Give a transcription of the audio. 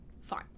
fine